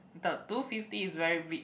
the two fifty is very big